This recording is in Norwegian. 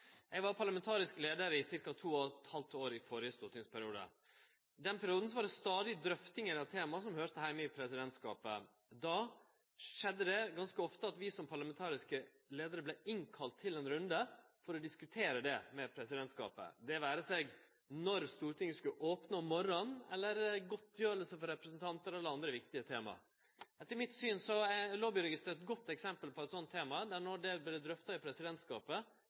var parlamentarisk leiar i ca. to og eit halvt år i førre stortingsperiode. I den perioden var det stadig drøftingar av tema som høyrde heime i presidentskapet. Då skjedde det ganske ofte at vi som parlamentariske leiarar vart innkalla til ein runde for å diskutere det med presidentskapet. Det vere seg når Stortinget skulle opne om morgonen, godtgjering for representantar, eller andre viktige tema. Etter mitt syn er eit lobbyregister eit godt eksempel på eit slikt tema, då det vart drøfta i presidentskapet,